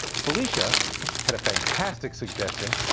felicia had a fantastic suggestion,